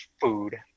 food